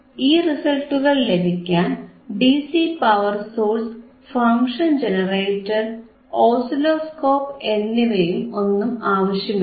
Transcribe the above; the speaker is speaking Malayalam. ഈ റിസൽറ്റുകൾ ലഭിക്കാൻ DC power source function generator oscilloscope എന്നിവയൊന്നും ആവശ്യമില്ല